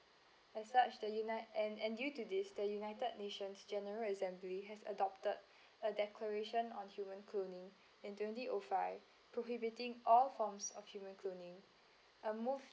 as such the unit and and due to this the united nations general assembly has adopted a declaration on human cloning in twenty O five prohibiting all forms of human cloning a move